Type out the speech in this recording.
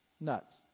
nuts